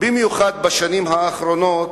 במיוחד בשנים האחרונות,